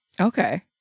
Okay